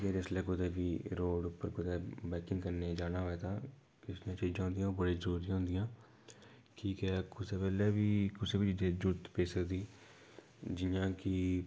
जिसलै कुदै बी रोड़ उप्पर कुदै बाइकिंग करने गी जाना होऐ तां किश होंदियां बड़ी जरूरी होंदियां कि के कुसै बेल्लै बी कुसै बी चीज़ै दी जरूरत पेई सकदी जियां कि